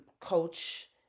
coach